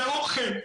לאוכל.